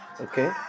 Okay